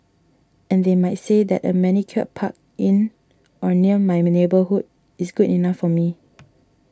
and they might say that a manicured park in or near my neighbourhood is good enough for me